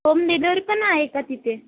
home delivery पण आहे का तिथे